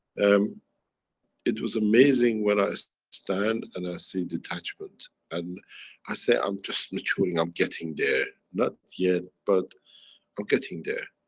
um it was amazing when i so stand and i see detachment and i say, i'm just maturing, i'm getting there. not yet, but i'm getting there.